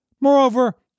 Moreover